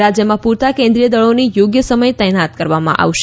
રાજ્યમાં પૂરતા કેન્દ્રિય દળોને યોગ્ય સમયે તૈનાત કરવામાં આવશે